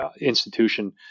institution